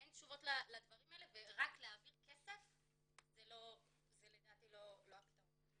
אין תשובות לדברים האלה ורק להעביר כסף זה לדעתי לא הפתרון.